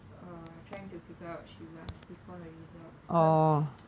uh trying to figure out what she wants before her results because